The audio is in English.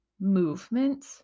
movement